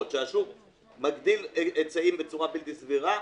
שהשוק מגדיל היצעים בצורה בלתי סבירה,